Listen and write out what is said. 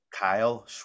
Kyle